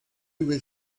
was